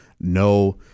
no